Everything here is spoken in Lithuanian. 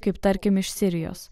kaip tarkim iš sirijos